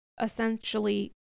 essentially